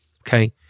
okay